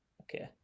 Okay